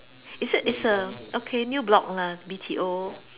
is it is a okay new block lah B_T_O